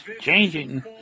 changing